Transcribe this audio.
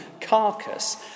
carcass